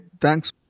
thanks